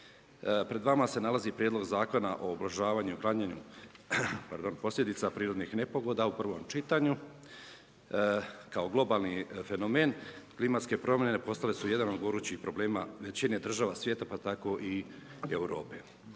Pred vama se nalazi Prijedlog Zakona o ublažavanju i uklanjanju posljedica prirodnih nepogoda u prvom čitanju. Kao globalni fenomen klimatske promjene postali su jedan od gorućih problema većina država svijeta, pa tako i Europe.